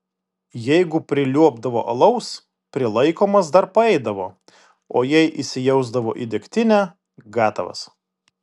jeigu priliuobdavo alaus prilaikomas dar paeidavo o jei įsijausdavo į degtinę gatavas